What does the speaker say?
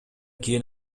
кийин